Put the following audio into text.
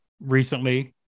recently